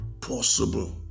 possible